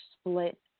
split